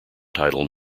title